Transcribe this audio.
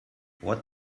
what